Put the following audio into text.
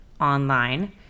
online